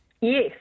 Yes